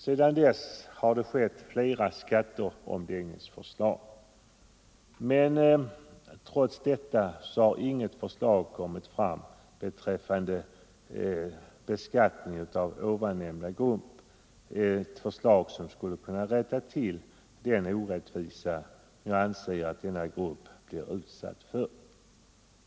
Sedan dess har flera skatteomläggningsförslag framlagts, men inget av dessa berör beskattningen av denna grupp. Ett sådant förslag skulle kunna rätta till den orättvisa som jag anser att denna grupp blir utsatt för.